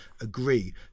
agree